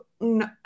no